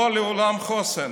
לא לעולם חוסן.